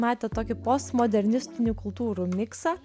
matė tokį postmodernistinį kultūrų miksą